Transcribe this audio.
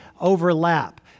overlap